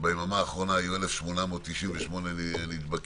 ביממה האחרונה היו 1,898 נדבקים,